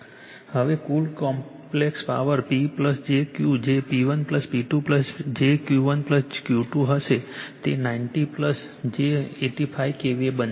હવે કુલ complex power P j Q જે P1 P2 j Q 1 Q2 હશે તે 90 j 85 KVA બનશે